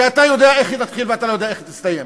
שאתה יודע איך היא תתחיל ולא יודע איך היא תסתיים.